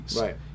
Right